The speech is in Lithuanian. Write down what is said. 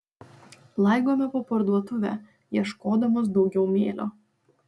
laigome po parduotuvę ieškodamos daugiau mėlio